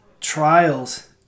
trials